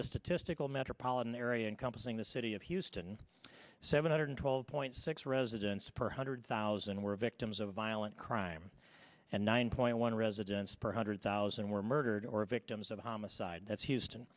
the statistical metropolitan area encompassing the city of houston seven hundred twelve point six residents per hundred thousand were victims of violent crime and nine point one residents per hundred thousand were murdered or victims of homicide that's houston